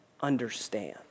understand